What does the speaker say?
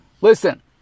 Listen